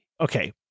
okay